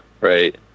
right